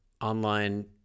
online